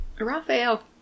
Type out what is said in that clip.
Raphael